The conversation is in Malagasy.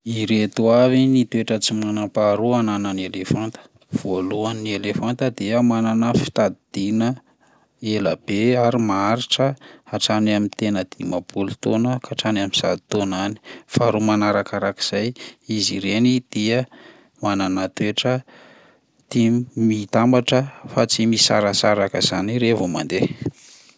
Ireto avy ny toetra tsy manam-paharoa ananan'ny elefanta: voalohany ny elefanta dia manana fitadidiana elabe ary maharitra hatrany amin'ny tena dimampolo taona ka hatrany amin'ny zato taona any, faharoa manarakarak'izay izy ireny dia manana toetra tia mitambatra fa tsy misarasaraka zany raha vao mandeha.